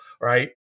Right